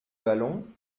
vallon